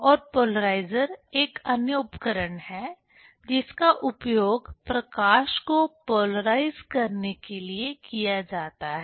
और पोलराइज़र एक अन्य उपकरण है जिसका उपयोग प्रकाश को पोलराइज़ करने के लिए किया जाता है